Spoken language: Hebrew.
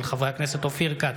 של חברי הכנסת אופיר כץ,